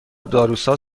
داروساز